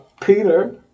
Peter